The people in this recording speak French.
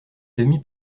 demi